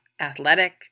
athletic